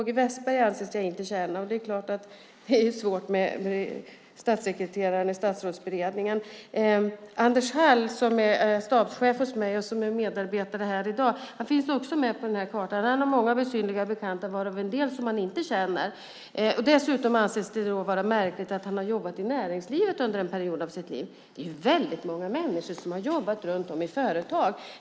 G. Wessberg anses jag inte känna - det är klart att det är svårt för mig att inte känna en statssekreterare i Statsrådsberedningen. Anders Hall, som är stabschef hos mig och med mig här i dag, finns också med i diagrammet. Han har många besynnerliga bekanta, varav en del som han inte känner. Dessutom anses det märkligt att han har jobbat i näringslivet under en period av sitt liv. Det är väldigt många människor som har jobbat runt om i företag.